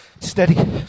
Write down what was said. steady